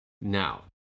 Now